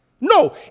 No